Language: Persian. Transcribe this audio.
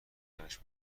گزارش